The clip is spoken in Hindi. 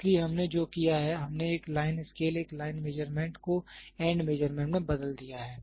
इसलिए हमने जो किया है हमने एक लाइन स्केल एक लाइन मेजरमेंट को एंड मेजरमेंट में बदल दिया है